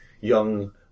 young